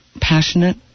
passionate